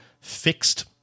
fixed